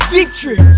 Victory